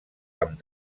amb